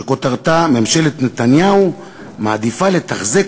שכותרתה: ממשלת נתניהו מעדיפה לתחזק